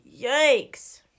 yikes